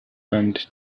bummed